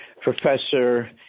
professor